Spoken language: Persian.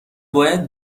باید